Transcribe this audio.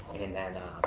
and then,